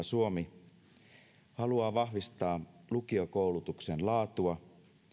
suomi haluaa vahvistaa lukiokoulutuksen laatua